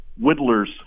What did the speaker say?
whittlers